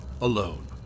alone